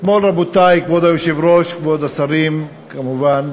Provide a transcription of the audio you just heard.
אתמול, רבותי, כבוד היושב-ראש, כבוד השרים, כמובן,